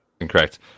incorrect